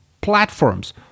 platforms